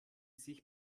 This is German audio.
sich